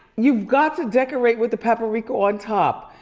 you've got to decorate with the paprika on top,